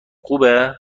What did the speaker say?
خوبه